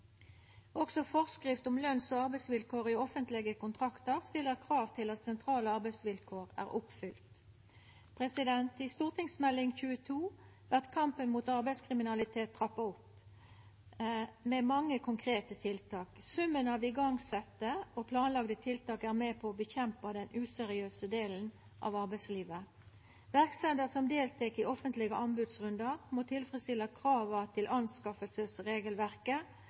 Også forskrift om lønns- og arbeidsvilkår i offentlige kontrakter stiller krav om at sentrale arbeidsvilkår er oppfylte. I Meld. St. 22 for 2018–2019 vart kampen mot arbeidslivskriminalitet trappa opp med mange konkrete tiltak. Summen av igangsette eller planlagde tiltak er med på å nedkjempa den useriøse delen av arbeidslivet. Verksemder som deltek i offentlege anbodsrundar, må tilfredsstilla krava til